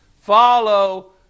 Follow